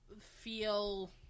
feel